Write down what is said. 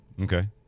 Okay